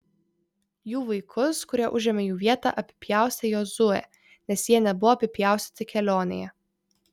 jų vaikus kurie užėmė jų vietą apipjaustė jozuė nes jie nebuvo apipjaustyti kelionėje